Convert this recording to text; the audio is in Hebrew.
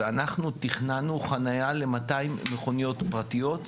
אנחנו תכננו חנייה ל-200 מכוניות פרטיות,